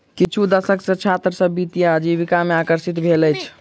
किछु दशक सॅ छात्र सभ वित्तीय आजीविका में आकर्षित भेल अछि